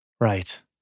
Right